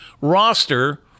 roster